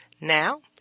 Now